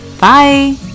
Bye